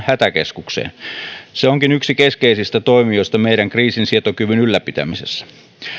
hätäkeskukseen se onkin yksi keskeisistä toimijoista meidän kriisinsietokykymme ylläpitämisessä